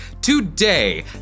Today